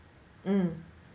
mm